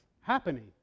happening